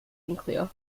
unclear